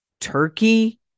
Turkey